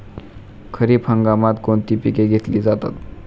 खरीप हंगामात कोणती पिके घेतली जातात?